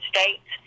States